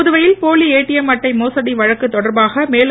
புதுவையில் போலி ஏடிஎம் அட்டை மோசடி வழக்கு தொடர்பாக மேலும்